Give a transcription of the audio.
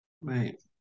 Right